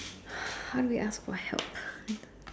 how do we ask for help